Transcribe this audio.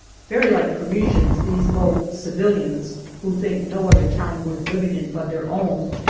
very like parisians, these low sevilians, who think no other town worth living in but their own,